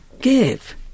give